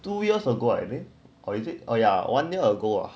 two years ago I mean or is it or ya one year ago